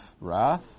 wrath